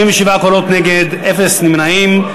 57 קולות נגד, אפס נמנעים.